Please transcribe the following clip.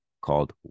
called